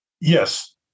Yes